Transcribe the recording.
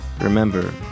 remember